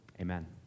Amen